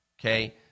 okay